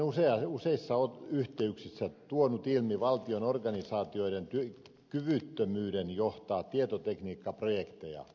olen useissa yhteyksissä tuonut ilmi valtion organisaatioiden kyvyttömyyden johtaa tietotekniikkaprojekteja